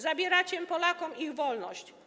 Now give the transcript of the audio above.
Zabieracie Polakom ich wolność.